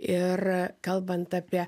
ir kalbant apie